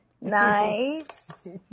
Nice